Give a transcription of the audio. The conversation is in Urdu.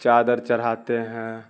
چادر چڑھاتے ہیں